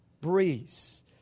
breeze